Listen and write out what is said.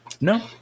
No